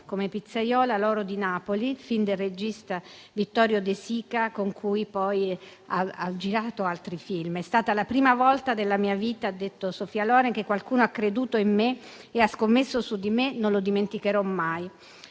come pizzaiola «L'oro di Napoli», film del regista Vittorio De Sica, con cui poi ha girato altri film. «È stata la prima volta della mia vita» - ha detto Sophia Loren - «che qualcuno ha creduto in me e ha scommesso su di me, non lo dimenticherò mai».